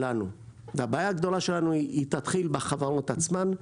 הבעיה הגדולה שלנו תתחיל בחברות עצמן,